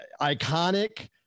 iconic